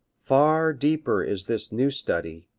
far deeper is this new study,